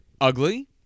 ugly